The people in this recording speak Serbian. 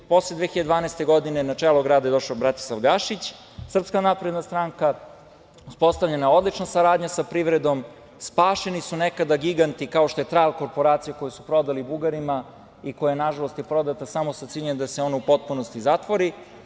Posle 2012. godine na čelo grada je došao Bratislav Gašić, SNS, uspostavljena je odlična saradnja sa privredom, spašeni su nekada giganti, kao što je „Trajal korporacija“, koju su prodali Bugarima i koja je, nažalost, prodata samo sa ciljem da se ona u potpunosti zatvori.